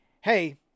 hey